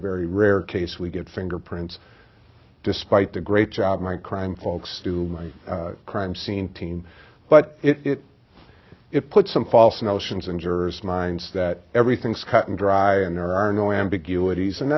very rare case we get fingerprints despite the great job my crime folks do my crime scene team but it it puts some false notions in jurors minds that everything's cut and dry and there are no ambiguity and